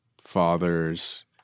fathers